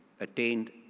attained